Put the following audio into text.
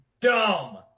Dumb